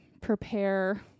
prepare